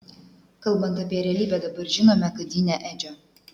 kalbant apie realybę dabar žinome kad ji ne edžio